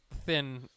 thin